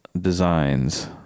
designs